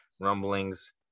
rumblings